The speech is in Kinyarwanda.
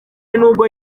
nubwo